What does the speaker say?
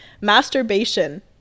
masturbation